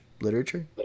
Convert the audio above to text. literature